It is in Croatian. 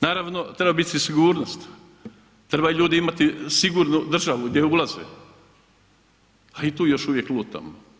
Naravno treba biti i sigurnost, trebaju ljudi imati sigurnu državu gdje ulaze a i tu još uvijek lutamo.